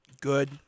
Good